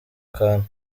kantu